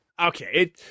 Okay